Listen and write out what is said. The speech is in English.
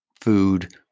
food